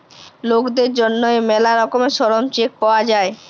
লকদের জ্যনহে ম্যালা রকমের শরম চেক পাউয়া যায়